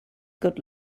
good